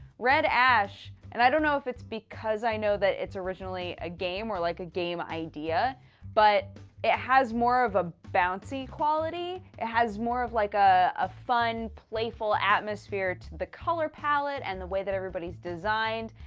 red ash and i don't know if it's because i know that it's originally a game or, like, a game idea but it has more of a bouncy quality. it has more of, like, a. a fun, playful atmosphere to the color palette. and the way that everybody's designed,